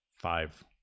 five